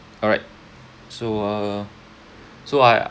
alright so uh so I